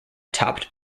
topped